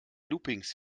loopings